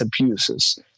abuses